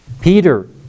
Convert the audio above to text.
Peter